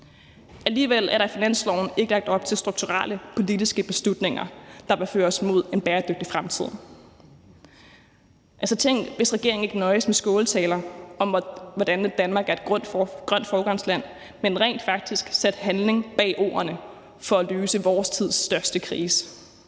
Alligevel er der i forslaget til finanslov ikke lagt op til strukturelle politiske beslutninger, der vil føre os mod en bæredygtig fremtid. Tænk, hvis regeringen ikke nøjedes med skåltaler om, hvordan Danmark er et grønt foregangsland, men rent faktisk satte handling bag ordene for at løse vores tids største krise.